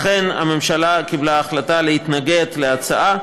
לכן הממשלה קיבלה את ההחלטה להתנגד להצעה,